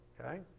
Okay